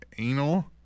Anal